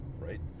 right